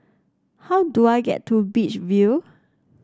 how do I get to Beach View